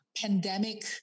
pandemic